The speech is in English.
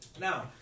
now